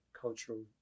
cultural